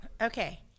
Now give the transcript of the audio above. Okay